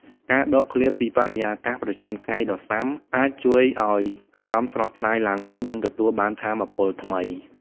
ការដកឃ្លាពីបរិយាកាសប្រចាំថ្ងៃដ៏ស៊ាំអាចជួយឲ្យអារម្មណ៍ស្រស់ស្រាយឡើងវិញនិងទទួលបានថាមពលថ្មី។